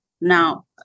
now